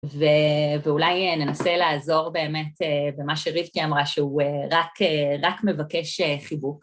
ואולי ננסה לעזור באמת במה שריבקי אמרה, שהוא רק מבקש חיבוק.